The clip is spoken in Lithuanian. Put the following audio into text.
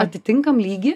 atitinkam lygį